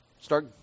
start